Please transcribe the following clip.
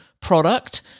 product